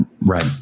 Right